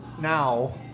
now